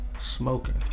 smoking